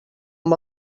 amb